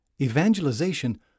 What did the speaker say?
evangelization